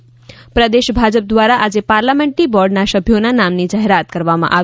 ે પ્રદેશ ભાજપ દ્વાર આજે પાર્લામેન્ટરી બોર્ડના સભ્યોના નામોની જાહેરાત કરવામાં આવી